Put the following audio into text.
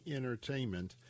entertainment